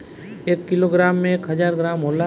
एक किलोग्राम में एक हजार ग्राम होला